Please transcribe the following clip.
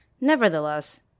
Nevertheless